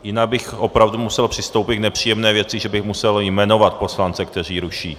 Jinak bych opravdu musel přistoupit k nepříjemné věci, že bych musel jmenovat poslance, kteří ruší.